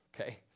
Okay